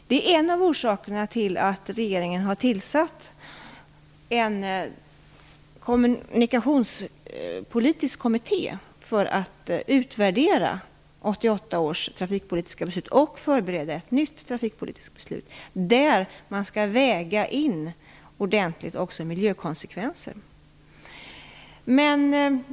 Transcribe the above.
Det är en av orsakerna till att regeringen har tillsatt en kommunikationspolitisk kommitté för att utvärdera 1988 års trafikpoltiska beslut och förbereda ett nytt trafikpolitiskt beslut. Man skall där ordentligt väga in även miljökonsekvenser.